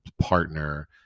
partner